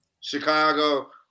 Chicago